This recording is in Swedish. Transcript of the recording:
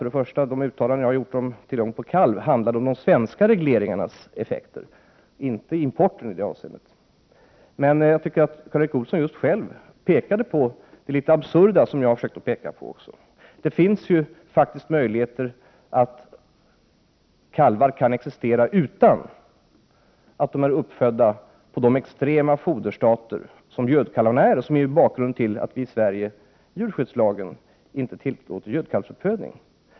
De uttalanden jag har gjort om tillgång på kalv handlade om den svenska regleringens effekter, inte om import i det avseendet. Jag tycker dock att Karl Erik Olsson själv pekade på det litet absurda, som jag själv har försökt att peka på. Det finns ju faktiskt möjlighet att kalvar kan existera utan att de är uppfödda på de extrema foderstater som gödkalvarna är och som är bakgrunden till att vi i den svenska djurskyddslagen inte tillåter gödkalvsuppfödning.